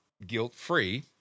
guilt-free